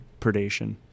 predation